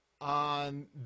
On